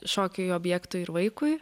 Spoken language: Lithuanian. šokiui objektui ir vaikui